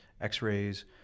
x-rays